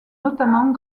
notamment